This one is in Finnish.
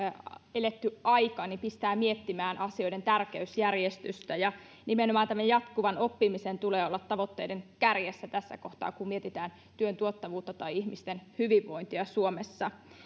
eletty aika pistää miettimään asioiden tärkeysjärjestystä nimenomaan tämän jatkuvan oppimisen tulee olla tavoitteiden kärjessä tässä kohtaa kun mietitään työn tuottavuutta tai ihmisten hyvinvointia suomessa